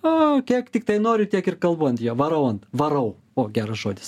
o kiek tiktai noriu tiek ir kalbu ant jo varau ant varau o geras žodis